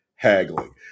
haggling